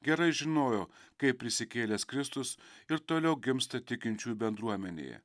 gerai žinojo kaip prisikėlęs kristus ir toliau gimsta tikinčiųjų bendruomenėje